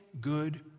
good